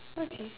okay